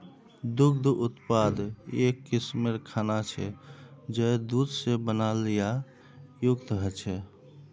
दुग्ध उत्पाद एक किस्मेर खाना छे जये दूध से बनाल या युक्त ह छे